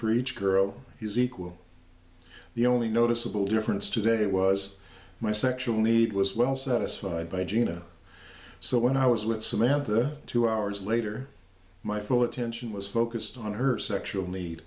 for each girl he's equal the only noticeable difference today was my sexual need was well satisfied by gina so when i was with samantha two hours later my full attention was focused on her sexual need